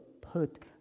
put